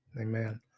Amen